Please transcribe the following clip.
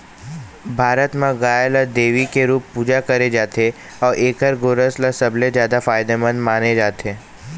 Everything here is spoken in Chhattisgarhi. भारत म गाय ल देवी के रूप पूजा करे जाथे अउ एखर गोरस ल सबले जादा फायदामंद माने जाथे